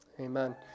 amen